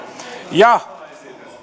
ja